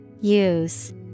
Use